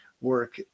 work